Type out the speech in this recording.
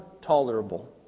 tolerable